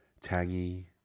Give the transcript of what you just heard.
Tangy